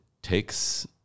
takes